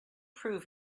prove